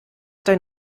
dein